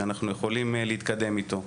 שאנחנו יכולים להתקדם איתו.